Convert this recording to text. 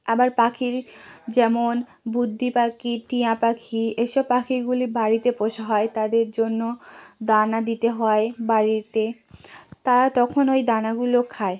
আবার পাখির যেমন বদ্রি পাখি টিয়া পাখি এসব পাখিগুলি বাড়িতে পোষা হয় তাদের জন্য দানা দিতে হয় বাড়িতে তারা তখন ওই দানাগুলো খায়